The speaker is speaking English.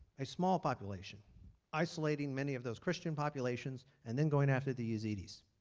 a small population isolating many of those christian populations and then going after the yazidis.